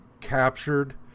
captured